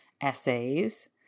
essays